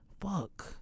Fuck